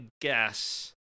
guess